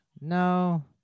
No